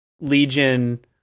legion